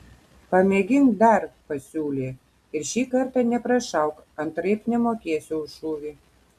pamėgink dar pasiūlė ir šį kartą neprašauk antraip nemokėsiu už šūvį